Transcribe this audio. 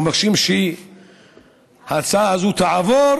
ומבקשים שההצעה הזאת תעבור